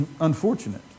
unfortunate